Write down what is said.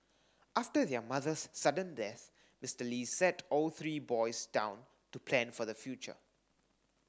after their mother's sudden death Mister Li sat all three boys down to plan for the future